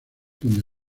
donde